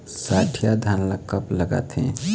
सठिया धान ला कब लगाथें?